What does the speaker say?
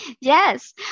Yes